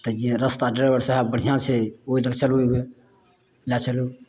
तऽ जे रस्ता ड्राइबर साहेब बढ़िआँ छै ओहि दऽ कऽ चलू लए चलू